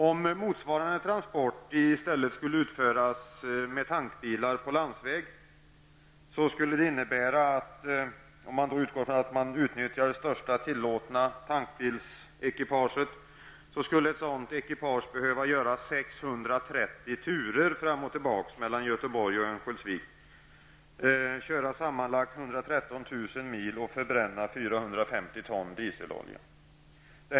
Om motsvarande transport i stället skulle utföras med tankbilar på landsväg -- om man utgår ifrån att man utnyttjar det största tillåtna tankbilsekipaget -- Göteborg och Örnsköldsvik. Körsträckan skulle sammanlagt bli 113 000 mil, och 450 ton dieselolja skulle förbrännas.